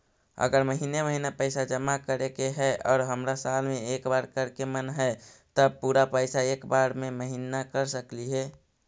अगर महिने महिने पैसा जमा करे के है और हमरा साल में एक बार करे के मन हैं तब पुरा पैसा एक बार में महिना कर सकली हे?